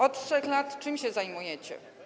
Od 3 lat czym się zajmujecie?